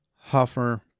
Hoffer